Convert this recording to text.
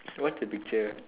what the picture